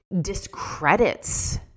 discredits